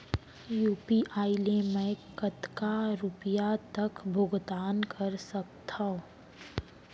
UPI ले मैं कतका रुपिया तक भुगतान कर सकथों